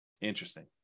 Interesting